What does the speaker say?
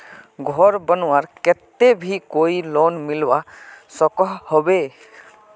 घोर बनवार केते भी कोई लोन मिलवा सकोहो होबे?